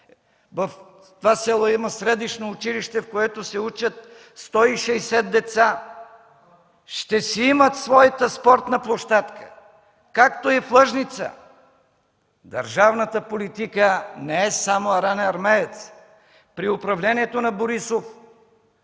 В това село има средно училище, в което се учат 160 деца – ще си имат своята спортна площадка, както и в Лъжница. Държавната политика не е само „Арена Армеец”. При управлението на Борисов